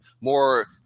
more